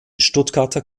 stuttgarter